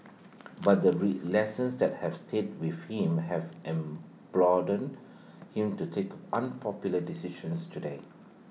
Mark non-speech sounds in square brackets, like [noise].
[noise] but the ray lessons that have stayed with him have am [unintelligible] him to take unpopular decisions today